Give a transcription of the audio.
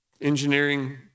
engineering